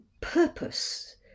purpose